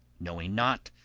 knowing naught,